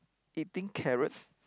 eating carrots